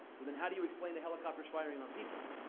well, then, how do you explain the helicopters firing on people?